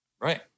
Right